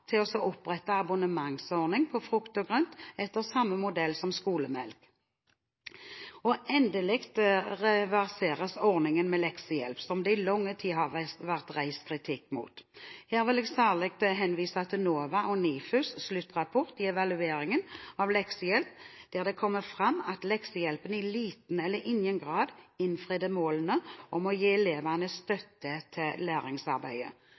jeg også peke på muligheten som skolene har til å opprette abonnementsordning på frukt og grønt etter samme modell som skolemelk. Endelig reverseres ordningen med leksehjelp, som det i lang tid har vært reist sterk kritikk mot. Her vil jeg særlig henvise til NOVA og NIFUs sluttrapport i evalueringen av leksehjelp, der det kommer fram at leksehjelpen i liten eller ingen grad innfridde målene om å gi elevene støtte til læringsarbeidet,